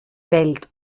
welt